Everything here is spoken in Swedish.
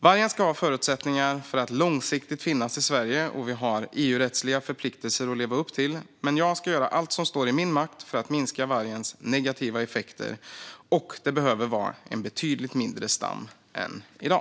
Vargen ska ha förutsättningar för att långsiktigt finnas i Sverige, och vi har EU-rättsliga förpliktelser att leva upp till. Men jag ska göra allt som står i min makt för att minska vargens negativa effekter, och det behöver vara en betydligt mindre stam än i dag.